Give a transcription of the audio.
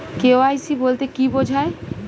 KYC বলতে কি বোঝায়?